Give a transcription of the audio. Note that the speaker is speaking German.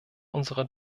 unserer